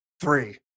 three